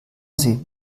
sie